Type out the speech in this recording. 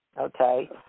Okay